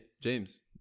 James